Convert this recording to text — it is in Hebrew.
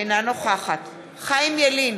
אינה נוכחת חיים ילין,